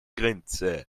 grenze